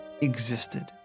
existed